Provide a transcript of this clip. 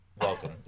Welcome